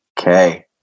Okay